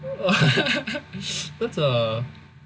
just curious